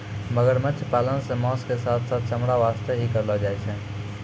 मगरमच्छ पालन सॅ मांस के साथॅ साथॅ चमड़ा वास्तॅ ही करलो जाय छै